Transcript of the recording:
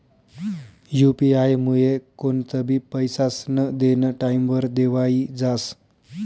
UP आयमुये कोणतंबी पैसास्नं देनं टाईमवर देवाई जास